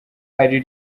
ari